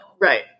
right